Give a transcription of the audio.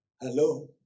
Hello